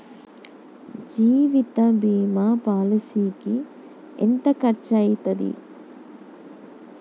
జీవిత బీమా పాలసీకి ఎంత ఖర్చయితది?